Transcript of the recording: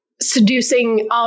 seducing